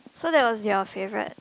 so that was your favorite